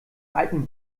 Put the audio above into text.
alten